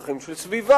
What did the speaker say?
צרכים של סביבה,